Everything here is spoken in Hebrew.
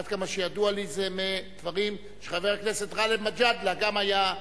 עד כמה שידוע לי זה מהדברים שחבר הכנסת גאלב מג'אדלה גם היה,